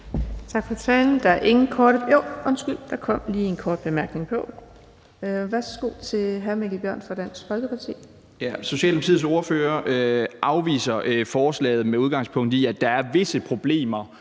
Socialdemokratiets ordfører afviser forslaget, med udgangspunkt i at der er visse problemer